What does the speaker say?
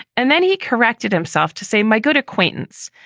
and then he corrected himself to say, my good acquaintance.